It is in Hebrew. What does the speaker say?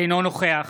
אינו נוכח